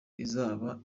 izaba